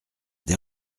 des